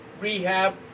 rehab